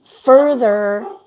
further